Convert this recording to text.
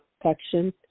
protection